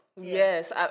Yes